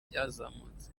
bwazamutse